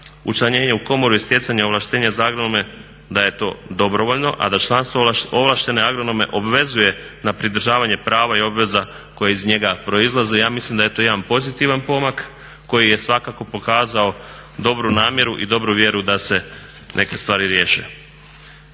učlanjenje u Komoru i stjecanje ovlaštenja za agronome da je to dobrovoljno, a da članstvo ovlaštene agronome obvezuje na pridržavanje prava i obveza koje iz njega proizlaze. Ja mislim da je to jedan pozitivan pomak koji je svakako pokazao dobru namjeru i dobru vjeru da se neke stvari riješe.